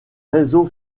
réseau